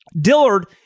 Dillard